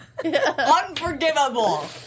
unforgivable